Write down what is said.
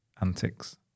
antics